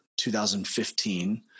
2015